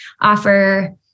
offer